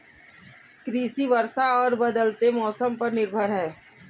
कृषि वर्षा और बदलते मौसम पर निर्भर है